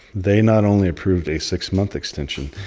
they not only approved a six-month extension.